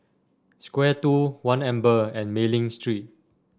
Square Two One Amber and Mei Ling Street